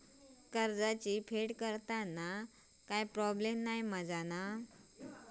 कर्जाची फेड करताना काय प्रोब्लेम नाय मा जा?